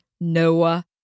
Noah